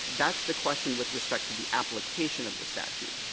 that's the question with respect to the application of the statute.